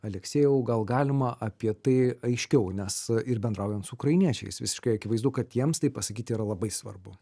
aleksiejau gal galima apie tai aiškiau nes ir bendraujant su ukrainiečiais visiškai akivaizdu kad jiems tai pasakyti yra labai svarbu